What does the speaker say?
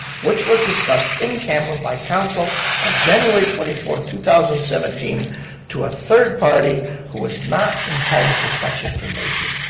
which was discussed in camera by council on january twenty fourth, two thousand and seventeen to a third party who was not entitled to such information.